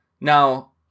Now